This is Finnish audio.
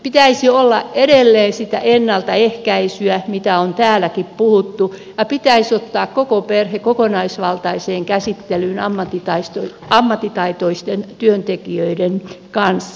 pitäisi olla edelleen sitä ennaltaehkäisyä mistä on täälläkin puhuttu ja pitäisi ottaa koko perhe kokonaisvaltaiseen käsittelyyn ammattitaitoisten työntekijöiden kanssa